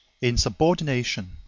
insubordination